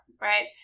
Right